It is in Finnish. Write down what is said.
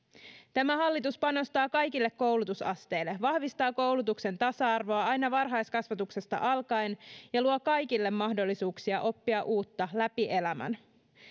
tämä hallitus panostaa kaikille koulutusasteille vahvistaa koulutuksen tasa arvoa aina varhaiskasvatuksesta alkaen ja luo kaikille mahdollisuuksia oppia uutta läpi elämän